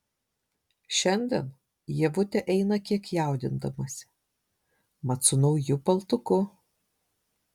šiandien ievutė eina kiek jaudindamasi mat su nauju paltuku